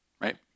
right